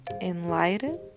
enlightened